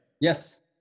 Yes